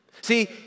See